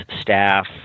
staff